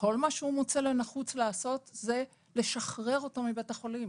וכל מה שהוא מוצא נחוץ לעשות הוא לשחרר אותו מבית החולים.